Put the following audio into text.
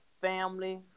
family